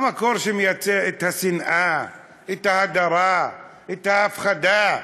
המקור שמייצר את השנאה, את ההדרה, את ההפחדה.